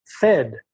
fed